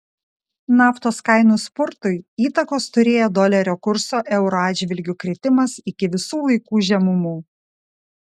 naftos kainų spurtui įtakos turėjo dolerio kurso euro atžvilgiu kritimas iki visų laikų žemumų